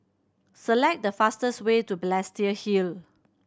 select the fastest way to Balestier Hill